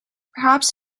perhaps